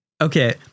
Okay